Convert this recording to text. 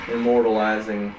Immortalizing